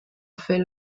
fait